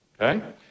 okay